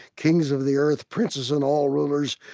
kings of the earth, princes and all rulers,